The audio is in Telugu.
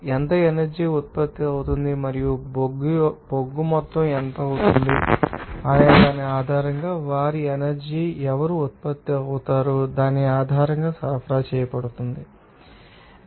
ఎంత ఎనర్జీ ఉత్పత్తి అవుతుంది మరియు బొగ్గు మొత్తం ఎంత అవుతుంది అనే దాని ఆధారంగా వారి ఎనర్జీ ఎవరు ఉత్పత్తి అవుతారు అనే దాని ఆధారంగా సరఫరా చేయబడుతుంది అది మీకు తెలిసి ఉండాలి ఆ ఆపరేషన్కు పేరుగాంచింది